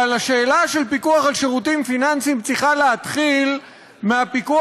אבל השאלה של פיקוח על שירותים פיננסיים צריכה להתחיל מהפיקוח